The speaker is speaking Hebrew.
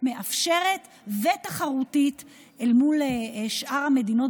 מאפשרת ותחרותית אל מול שאר המדינות